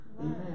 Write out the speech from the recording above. Amen